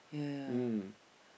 yeah yeah yeah